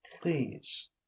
Please